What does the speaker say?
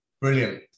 Brilliant